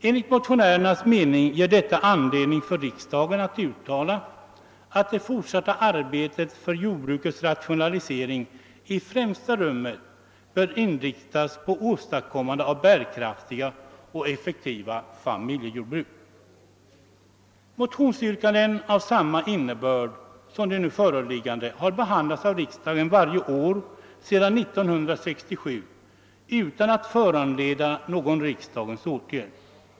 Enligt motionärernas mening ger detta anledning för riksdagen att uttala att det fortsatta arbetet för jordbrukets rationalisering i främsta rummet bör inriktas på åstadkommande av bärkraftiga och effektiva familjejordbruk. Motionsyrkanden av samma innebörd som de nu föreliggande har behandlats av riksdagen varje år sedan 1967 utan att föranleda någon riksdagens åtgärd.